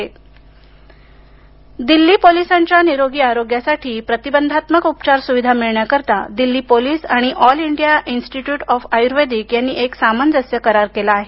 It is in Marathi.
धन्वंतरी रथ दिल्ली पोलिसांच्या रहिवासी वसाहतींमध्ये निरोगी आरोग्यासाठी प्रतिबंधात्मक उपचार सुविधा मिळण्यासाठी दिल्ली पोलीस आणि all India institute of Ayurvedic यांनी एक सामंजस्य करार केला आहे